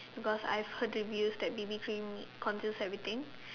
because I've heard to be use that B_B cream conceals everything